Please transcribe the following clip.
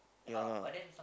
ya lah